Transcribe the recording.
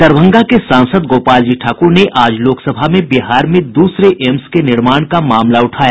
दरभंगा के सांसद गोपालजी ठाक्र ने आज लोकसभा में बिहार में दूसरे एम्स के निर्माण का मामला उठाया